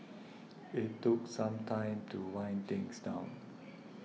it took some time to wind things down